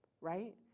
right